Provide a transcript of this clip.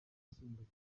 yisumbuye